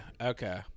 okay